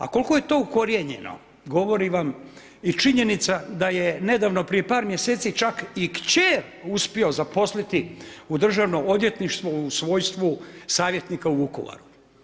A koliko je to ukorijenjeno govori vam i činjenica da je nedavno prije par mjeseci čak i kćer uspio zaposliti u Državno odvjetništvo u svojstvu savjetnika u Vukovaru.